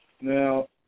Now